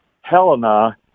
Helena